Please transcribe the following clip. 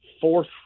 fourth